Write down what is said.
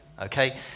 Okay